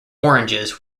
oranges